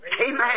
Amen